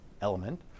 element